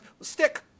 stick